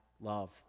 love